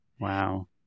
Wow